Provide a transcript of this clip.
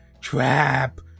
trap